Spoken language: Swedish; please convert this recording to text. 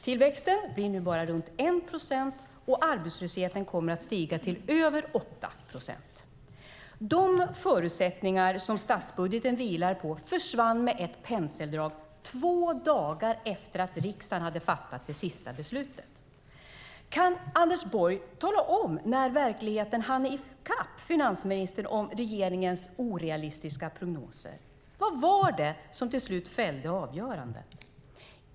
Tillväxten var nu bara runt 1 procent, och arbetslösheten skulle komma att stiga till över 8 procent. De förutsättningar som statsbudgeten vilar på försvann med ett penseldrag två dagar efter att riksdagen hade fattat det sista beslutet. Kan Anders Borg tala om när verkligheten hann i kapp finansministern om regeringens orealistiska prognoser? Vad var det som till slut fällde avgörandet?